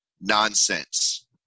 Nonsense